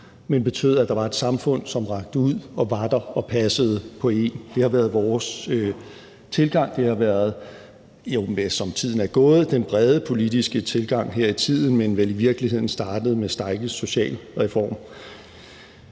men at der var et samfund, som rakte ud og var der og passede på en. Det har været vores tilgang – det har, som tiden er gået, været den brede politiske tilgang, men i virkeligheden startede det vel med Steinckes socialreform.